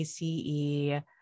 ACE